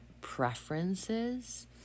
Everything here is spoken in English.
preferences